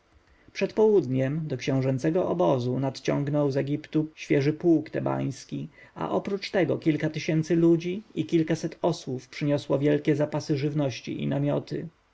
przed południem do książęcego obozu nadciągnął z egiptu świeży pułk tebański a oprócz tego kilka tysięcy ludzi i kilkaset osłów przyniosło wielkie zapasy żywności i namioty